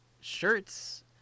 shirts